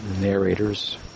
narrators